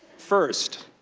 first,